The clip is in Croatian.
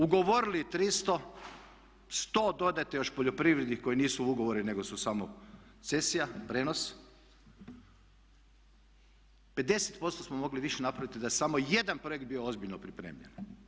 Ugovorili 300, 100 dodajte još poljoprivredni koji nisu ugovori nego su samo cesija, prijenos, 50% smo mogli više napraviti da je samo jedan projekt bio ozbiljno pripremljen.